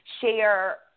share